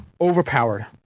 overpowered